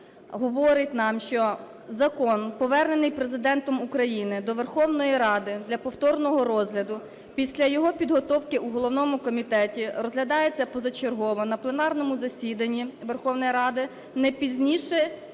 говорить нам, що закон, повернений Президентом України до Верховної Ради для повторного розгляду, після його підготовки у головному комітеті розглядається позачергово на пленарному засіданні Верховної Ради, не пізніше